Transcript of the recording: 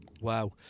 Wow